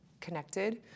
connected